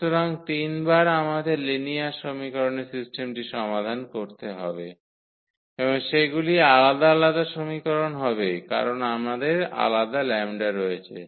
সুতরাং 3 বার আমাদের লিনিয়ার সমীকরণের সিস্টেমটি সমাধান করতে হবে এবং সেগুলি আলাদা আলাদা সমীকরণ হবে কারণ আমাদের আলাদা λ রয়েছে